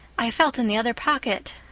i felt in the other pocket.